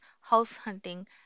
house-hunting